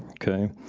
okay.